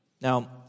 Now